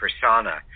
persona